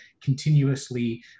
continuously